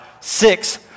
six